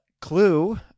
Clue